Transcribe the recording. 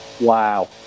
Wow